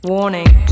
Warning